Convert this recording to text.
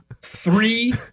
three